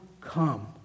come